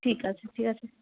ঠিক আছে ঠিক আছে